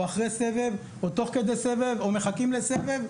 אחרי סבב או תוך כדי סבב או מחכים לסבב.